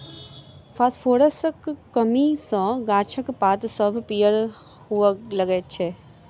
फासफोरसक कमी सॅ गाछक पात सभ पीयर हुअ लगैत छै